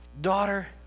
daughter